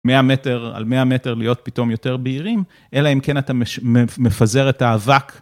מאה מטר, על מאה מטר להיות פתאום יותר בהירים, אלא אם כן אתה מפזר את האבק.